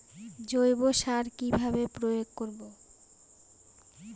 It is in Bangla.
জৈব সার কি ভাবে প্রয়োগ করব?